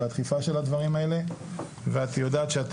על הדחיפה של הדברים האלה ואת יודעת שאת